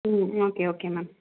okay okay ma'am